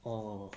oh